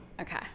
Okay